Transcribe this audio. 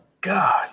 god